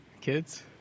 Kids